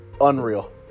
unreal